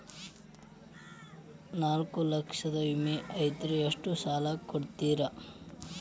ನಾಲ್ಕು ಲಕ್ಷದ ವಿಮೆ ಐತ್ರಿ ಎಷ್ಟ ಸಾಲ ಕೊಡ್ತೇರಿ?